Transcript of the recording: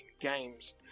Games